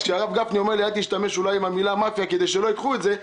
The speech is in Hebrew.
אז כשהרב גפני אומר לי לא להשתמש במילה "מאפיה" כדי שלא יקחו את זה,